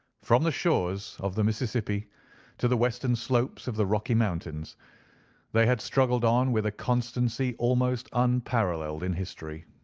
from the shores of the mississippi to the western slopes of the rocky mountains they had struggled on with a constancy almost unparalleled in history.